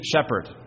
shepherd